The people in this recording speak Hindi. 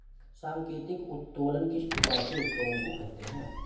सांकेतिक उत्तोलन किस प्रकार के उत्तोलन को कहते हैं?